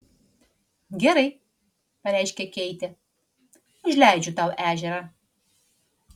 gerai pareiškė keitė užleidžiu tau ežerą